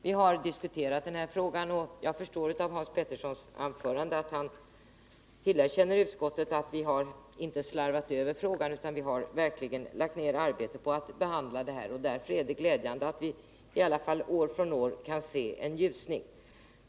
Vi har diskuterat den här frågan i utskottet, och jag förstår av Hans Peterssons anförande att han erkänner att utskottet inte har slarvat ifrån sig frågan utan verkligen lagt ner arbete på att behandla den. Det är därför glädjande att vi år från år i alla fall kan se en ljusning.